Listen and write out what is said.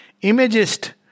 Imagist